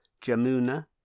Jamuna